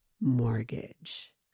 mortgage